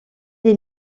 des